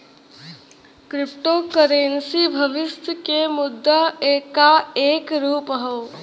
crypto currency भविष्य के मुद्रा क एक रूप हौ